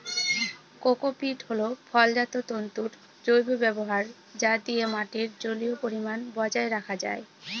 cocopeat হল ফলজাত তন্তুর জৈব ব্যবহার যা দিয়ে মাটির জলীয় পরিমান বজায় রাখা যায়